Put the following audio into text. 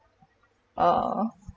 uh